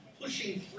Pushing